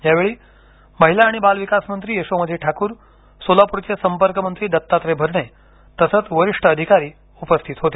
यावेळी महिला आणि बाल विकासमंत्री यशोमती ठाकूर सोलापूरचे संपर्कमंत्री दत्तात्रय भरणे तसंच वरिष्ठ अधिकारी उपस्थित होते